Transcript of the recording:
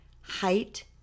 height